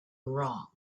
wrong